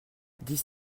dix